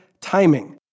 timing